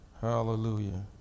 hallelujah